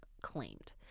claimed